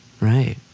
Right